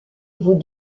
vous